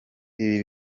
ibi